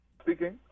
Speaking